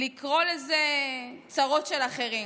לקרוא לזה "צרות של אחרים",